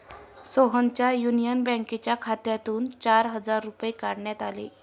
सोहनच्या युनियन बँकेच्या खात्यातून चार हजार रुपये काढण्यात आले